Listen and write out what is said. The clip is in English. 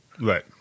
Right